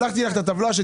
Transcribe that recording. שלחתי לך את הטבלה שתראי.